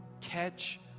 Catch